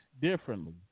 differently